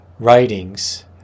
writings